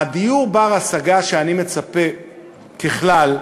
דיור בר-השגה שאני מצפה ככלל,